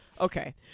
Okay